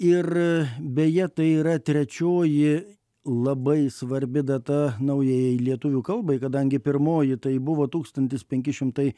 ir beje tai yra trečioji labai svarbi data naujajai lietuvių kalbai kadangi pirmoji tai buvo tūkstantis penki šimtai